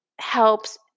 helps